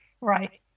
Right